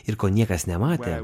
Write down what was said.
ir ko niekas nematė